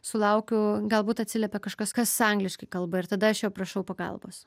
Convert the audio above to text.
sulaukiu galbūt atsiliepia kažkas kas angliškai kalba ir tada aš jo prašau pagalbos